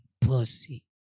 Pussy